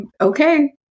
okay